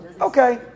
Okay